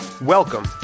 Welcome